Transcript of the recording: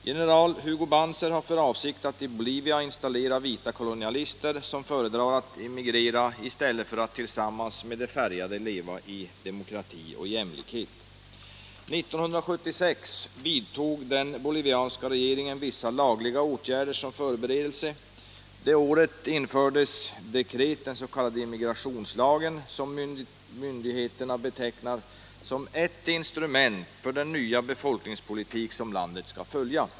General Hugo Banzer har för avsikt att i Bolivia installera vita kolonialister som föredrar att emigrera framför att tillsammans med de färgade leva i demokrati och jämlikhet. 1976 vidtog den bolivianska regeringen vissa lagliga åtgärder som förberedelse. Det året infördes via dekret den s.k. immigrationslagen, som myndigheterna betecknar som ”ett instrument för den nya befolkningspolitik som landet skall följa”.